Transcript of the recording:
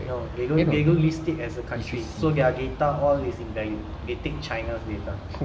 no they don't they don't list it as a country so all their data is invalid they take china's data